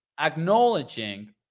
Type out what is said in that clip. acknowledging